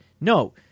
no